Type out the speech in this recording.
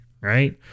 right